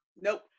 Nope